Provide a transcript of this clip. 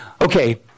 okay